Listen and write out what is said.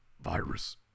Virus